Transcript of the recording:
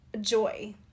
joy